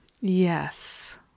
Yes